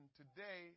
today